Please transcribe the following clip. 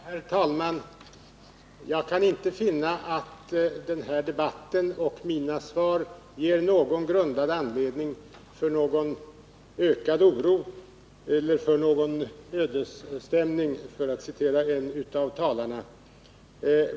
Herr talman! Jag kan inte finna att den här debatten och mina svar ger någon grundad anledning till ökad oro eller till någon ”ödesstämning” för att citera en av talarna.